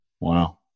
Wow